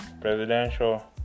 presidential